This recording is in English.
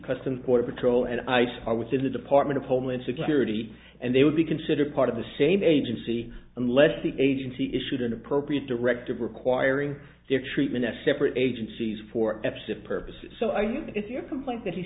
customs border patrol and ice are within the department of homeland security and they would be considered part of the same agency unless the agency issued an appropriate directive requiring their treatment at separate agencies for eps of purposes so i mean if your complaint that he